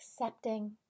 accepting